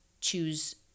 choose